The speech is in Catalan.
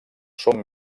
són